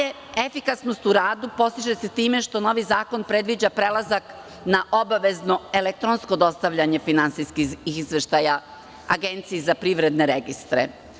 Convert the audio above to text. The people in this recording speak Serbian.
Efikasnost u radu postiže se time što novi zakon predviđa prelazak na obavezno elektronsko dostavljanje finansijskih izveštaja Agenciji za privredne registre.